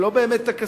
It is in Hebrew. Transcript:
ולא בהיבט הכספי,